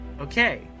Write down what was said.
Okay